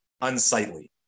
unsightly